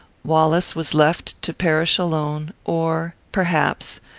wallace was left to perish alone or, perhaps,